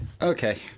okay